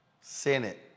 senate